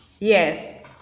yes